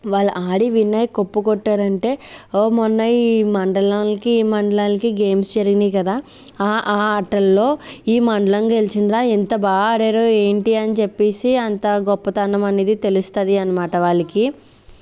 వాళ్ళు ఆడి విన్ అయ్యి కప్పు కొట్టారంటే మొన్న ఈ మండలాలకి ఈ మండలాలకి గేమ్స్ జరిగినాయి కదా ఆ ఆటల్లో ఈ మండలం గెలిచిందిరా ఎంత బాగా ఆడారో ఏంటి అని చెప్పేసి అంత గొప్పతనం అనేది తెలుస్తుంది అన్నమాట వాళ్ళకి